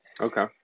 Okay